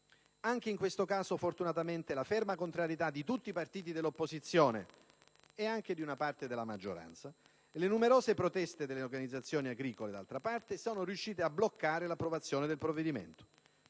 Anche in questo caso, fortunatamente, la ferma contrarietà di tutti i partiti dell'opposizione, e anche di una parte della maggioranza, e le numerose proteste delle organizzazioni agricole sono riuscite a bloccare l'approvazione del provvedimento.